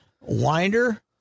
Winder